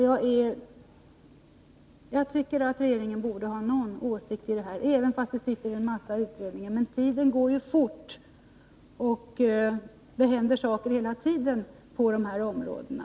Jag tycker att regeringen borde ha någon åsikt om detta, fast en mängd utredningen är tillsatta. Tiden går ju fort, och det händer saken, hela tiden på de här områdena.